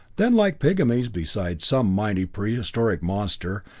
then, like pygmies beside some mighty prehistoric monster,